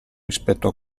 rispetto